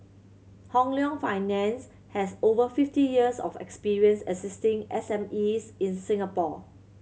Hong Leong Finance has over fifty years of experience assisting S M Es in Singapore